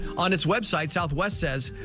on its website, southwest says,